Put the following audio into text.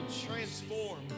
transform